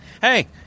Hey